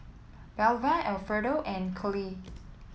Belva Alfredo and Coley